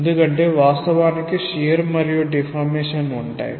ఎందుకంటే వాస్తవానికి షియర్ మరియు డీఫార్మేషన్ ఉంటాయి